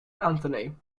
anthony